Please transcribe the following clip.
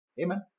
Amen